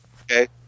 okay